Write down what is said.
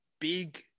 big